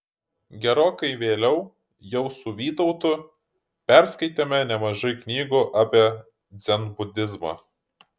gerokai vėliau jau su vytautu perskaitėme nemažai knygų apie dzenbudizmą